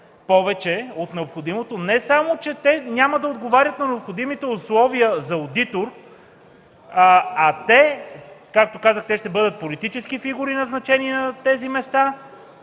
повече от необходимото, не само че те няма да отговарят на необходимите условия за одитор, а те, както казах, ще бъдат политически фигури, назначени на тези маста.